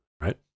Right